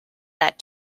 that